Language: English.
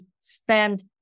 spend